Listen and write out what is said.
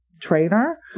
trainer